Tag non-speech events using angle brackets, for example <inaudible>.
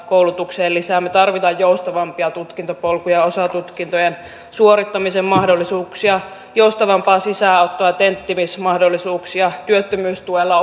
koulutukseen lisää digitalisaatiota me tarvitsemme joustavampia tutkintopolkuja osatutkintojen suorittamisen mahdollisuuksia joustavampaa sisäänottoa ja tenttimismahdollisuuksia työttömyystuella <unintelligible>